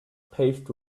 paved